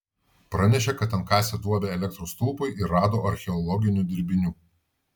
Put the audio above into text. pranešė kad ten kasė duobę elektros stulpui ir rado archeologinių dirbinių